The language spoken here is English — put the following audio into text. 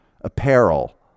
apparel